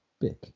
big